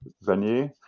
venue